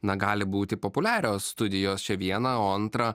na gali būti populiarios studijos čia viena o antra